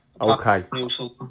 Okay